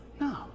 No